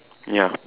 ya